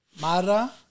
Mara